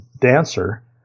dancer